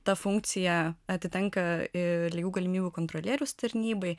ta funkcija atitenka lygių galimybių kontrolieriaus tarnybai